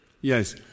Yes